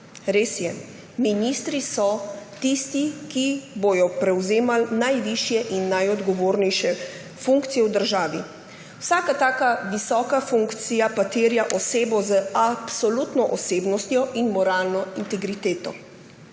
Res je, ministri so tisti, ki bodo prevzemali najvišje in najodgovornejše funkcije v državi. Vsaka taka visoka funkcija pa terja osebo z absolutno osebnostjo in moralno integriteto.